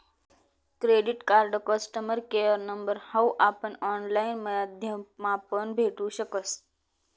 credit card customer care number हाऊ आपण online माध्यमापण भेटू शकस